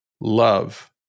love